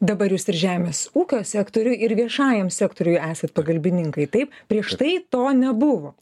dabar jūs ir žemės ūkio sektoriui ir viešajam sektoriui esat pagalbininkai taip prieš tai to nebuvo